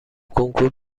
کنکور